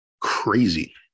crazy